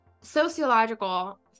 sociological